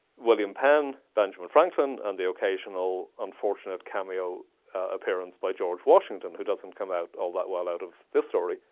william penn, benjamin franklin, and the occasional unfortunate cameo appearance by george washington, who doesn't come out all that well out of this story.